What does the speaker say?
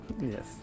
yes